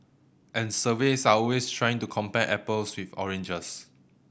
and surveys are always trying to compare apples with oranges